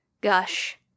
gush